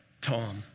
Tom